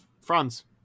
Franz